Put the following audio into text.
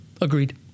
Agreed